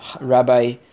Rabbi